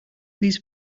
these